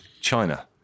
China